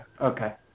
okay